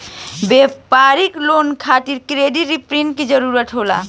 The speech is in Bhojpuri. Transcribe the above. व्यापारिक लोन खातिर क्रेडिट रेटिंग के जरूरत होला